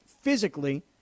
physically